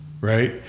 right